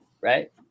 right